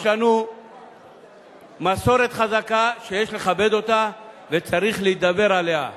יש לנו מסורת חזקה שיש לכבד אותה וצריך להידבר עליה.